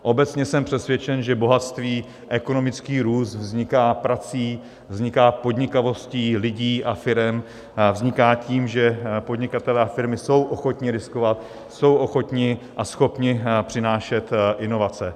Obecně jsem přesvědčen, že bohatství, ekonomický růst vzniká prací, vzniká podnikavostí lidí a firem, vzniká tím, že podnikatelé a firmy jsou ochotni riskovat, jsou ochotni a schopni přinášet inovace.